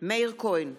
מאיר כהן,